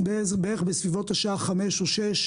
בסביבות השעה חמש או שש,